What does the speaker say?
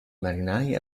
marinai